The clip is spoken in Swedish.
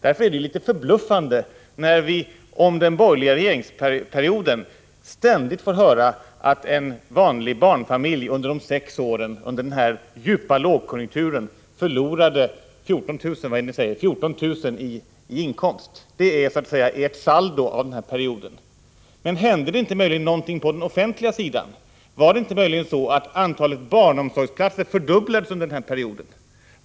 Därför är det litet förbluffande när vi om den borgerliga regeringsperioden ständigt får höra att en vanlig barnfamilj under de sex åren — under den djupa lågkonjunkturen — förlorade 14 000 kr. i inkomst. Det är så att säga ert saldo av den här perioden. Men hände det inte möjligen någonting på den offentliga sidan? Var det inte möjligen så, att antalet barnomsorgsplatser fördubblades under den här perioden?